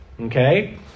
okay